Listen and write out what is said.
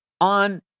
on